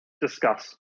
Discuss